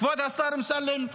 כבוד השר אמסלם,